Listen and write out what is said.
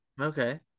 Okay